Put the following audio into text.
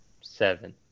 Seven